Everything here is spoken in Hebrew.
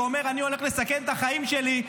ואומר: אני הולך לסכן את החיים שלי,